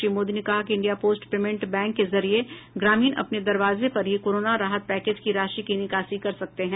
श्री मोदी ने कहा कि इंडिया पोस्ट पेमेंट बैंक के जरिए ग्रामीण अपने दरवाजे पर ही कोरोना राहत पैकेज की राशि की निकासी कर सकते हैं